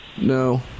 no